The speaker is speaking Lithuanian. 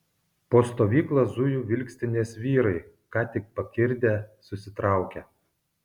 po stovyklą zujo vilkstinės vyrai ką tik pakirdę susitraukę